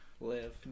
live